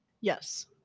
yes